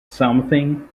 something